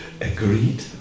agreed